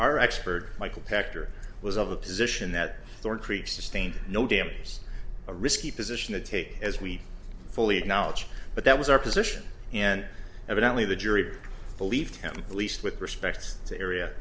our expert michael pachter was of the position that the increase sustained no dampers a risky position to take as we fully acknowledge but that was our position and evidently the jury believed him at least with respect to area